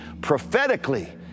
prophetically